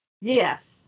Yes